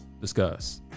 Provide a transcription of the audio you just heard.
Discuss